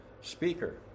speaker